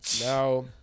Now